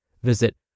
Visit